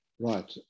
Right